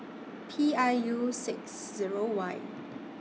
P I U six Zero Y